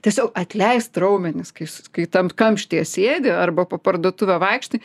tiesiog atleist raumenis kais kai tam kamštyje sėdi arba po parduotuvę vaikštai